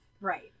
Right